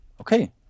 Okay